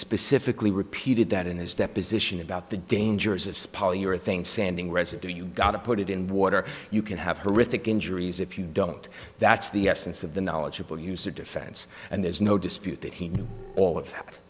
specifically repeated that in his deposition about the dangers of spotting your thing sanding residue you gotta put it in water you can have her injuries if you don't that's the essence of the knowledgeable user defense and there's no dispute that he knew all of